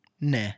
nah